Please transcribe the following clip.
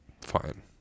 fine